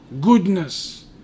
goodness